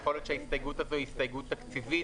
הסתייגויות של ישראל ביתנו, יבגני סובה.